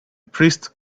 priest